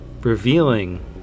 Revealing